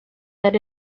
that